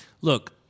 look